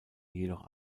jedoch